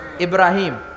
Ibrahim